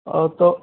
ଆଉ ତ